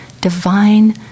Divine